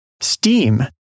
Steam